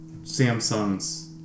Samsung's